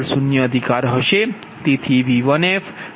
0 અધિકાર હશે